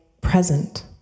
present